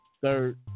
third